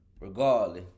regardless